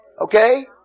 okay